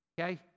Okay